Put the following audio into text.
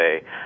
say